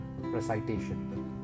recitation